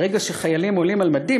ברגע שחיילים 'עולים על מדים',